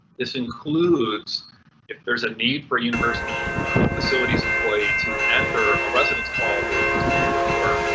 this includes if there's a need for a university facilities employee to enter a residence hall room to complete work.